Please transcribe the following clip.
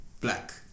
Black